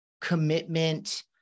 commitment